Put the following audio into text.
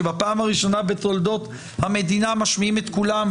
שבפעם הראשונה בתולדות המדינה משמיעים את קולם,